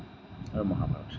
আৰু মহাভাৰত